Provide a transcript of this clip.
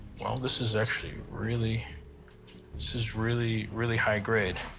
well, this is actually really this is really, really high grade.